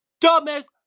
dumbest